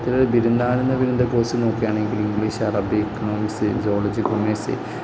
ഇതില് ബിരുദാനന്തര ബിരുദ കോഴ്സ് നോക്കുകയാണെങ്കിൽ ഇംഗ്ലീഷ് അറബി എക്കണോമിക്സ് സുവോളജി കോമേഴ്സ്